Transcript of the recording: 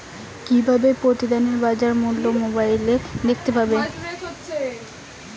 কিভাবে প্রতিদিনের বাজার মূল্য মোবাইলে দেখতে পারি?